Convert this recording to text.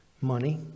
money